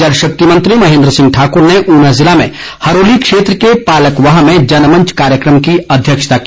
जलशक्ति मंत्री महेन्द्र सिंह ठाकर ने ऊना जिले में हरोली क्षेत्र के पालकवाह में जनमंच कार्यक्रम की अध्यक्षता की